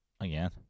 again